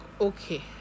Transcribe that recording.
okay